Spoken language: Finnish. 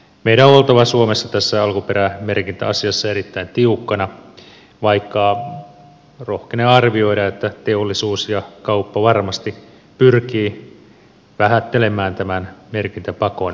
meidän on oltava suomessa tässä alkuperämerkintäasiassa erittäin tiukkana vaikka rohkenen arvioida että teollisuus ja kauppa varmasti pyrkivät vähättelemään tämän merkintäpakon vaikutuksia